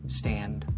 stand